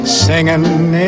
singing